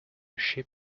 ship